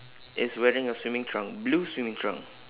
is wearing a swimming trunk blue swimming trunk